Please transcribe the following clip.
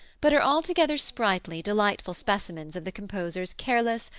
but are altogether sprightly, delightful specimens of the composer's careless,